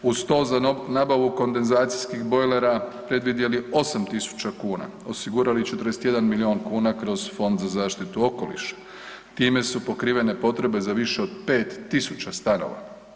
Uz to za nabavu kondenzacijskih bojlera predvidjeli 8.000,00 kn, osigurali 41 milijun kuna kroz Fond za zaštitu okoliša, time su pokrivene potrebe za više od 5000 stanova.